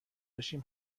داشتیم